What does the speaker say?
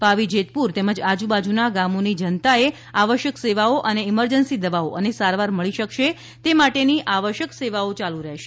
પાવી જેતપુર તેમજ આજુબાજુના ગામોની જનતાને આવશ્યક સેવાઓ અને ઇમરજન્સી દવાઓ અને સારવાર મળી શકશે તે માટે ની આવશ્યક સેવાઓ યાલુ રહેશે